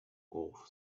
off